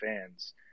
fans